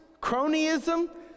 cronyism